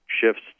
shifts